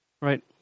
Right